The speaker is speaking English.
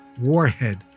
warhead